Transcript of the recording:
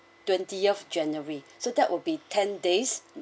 twentieth january so that will be ten days